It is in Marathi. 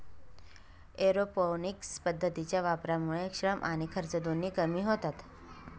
एरोपोनिक्स पद्धतीच्या वापरामुळे श्रम आणि खर्च दोन्ही कमी होतात